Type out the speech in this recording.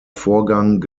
vorgang